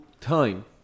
time